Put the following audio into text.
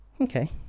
okay